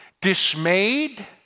Dismayed